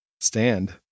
stand